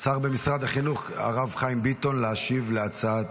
במשרד החינוך הרב חיים ביטון להשיב להצעת